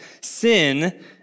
sin